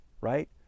right